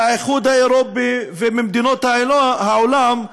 מהאיחוד האירופי וממדינות העולם.